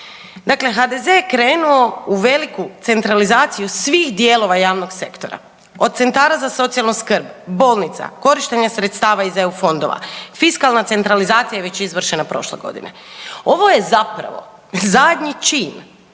Dakle HDZ-e je krenuo u veliku centralizaciju svih dijelova javnog sektora: od centara za socijalnu skrb, bolnica, korištenja sredstava iz EU fondova, fiskalna centralizacija je već izvršena prošle godine. Ovo je zapravo zadnji čin